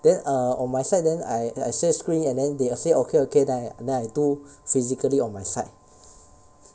then err on my side then I I I share screen and then they all say okay okay then I then I do physically on my side